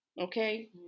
okay